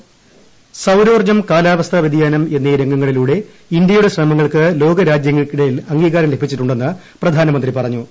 voice സൌരോർജ്ജം കാലാവസ്ഥാ വ്യതിയാനം എന്നീ രംഗങ്ങളിലൂടെ ഇന്ത്യയുടെ ശ്രമങ്ങൾക്ക് ലോകരാജ്യങ്ങൾക്കിടയിൽ അംഗീകാരം ലഭിച്ചിട്ടുണ്ടെന്ന് പ്രധാനമന്ത്രി പറഞ്ഞു